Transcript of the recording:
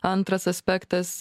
antras aspektas